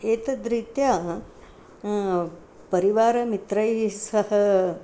एतद्रीत्या परिवारमित्रैः सह